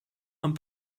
amb